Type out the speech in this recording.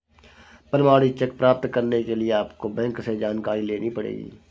प्रमाणित चेक प्राप्त करने के लिए आपको बैंक से जानकारी लेनी पढ़ेगी